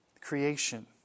creation